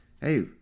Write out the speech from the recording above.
hey